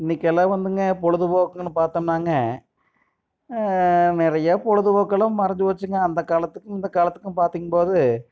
இன்றைக்கு எல்லாம் வந்துங்க பொழுதுபோக்குன்னு பார்த்தோம்னாங்க நிறையா பொழுதுபோக்கெல்லாம் மறைஞ்சி போச்சுங்க அந்த காலத்துக்கும் இந்த காலத்துக்கும் பார்த்திங் போது